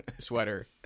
Sweater